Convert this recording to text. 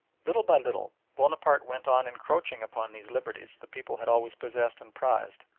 little by little bonaparte went on encroaching upon these liberties the people had always possessed and prized.